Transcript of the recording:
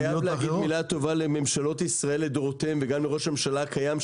מילה טובה לממשלות ישראל לדורותיהן וגם לראש הממשלה הקיים,